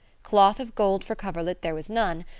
cloth of gold for coverlet there was none,